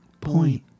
point